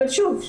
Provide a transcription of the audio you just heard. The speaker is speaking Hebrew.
אבל שוב,